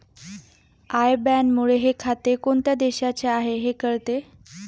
I बॅनमुळे हे खाते कोणत्या देशाचे आहे हे कळते